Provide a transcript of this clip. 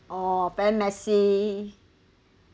or very messy